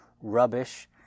rubbish